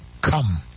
Come